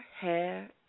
hair